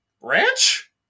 ranch